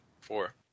Four